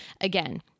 Again